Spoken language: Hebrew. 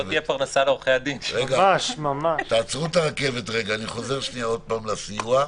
אני חוזר עוד פעם לסיוע.